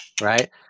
Right